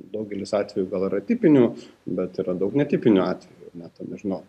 daugelis atvejų gal yra tipinių bet yra daug netipinių atvejų na ten nežinau